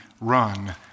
run